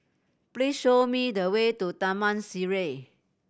please show me the way to Taman Sireh